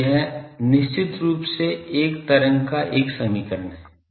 तो यह निश्चित रूप से एक तरंग का एक समीकरण है